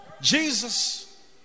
Jesus